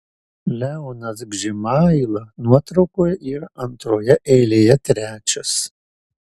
leonas gžimaila nuotraukoje yra antroje eilėje trečias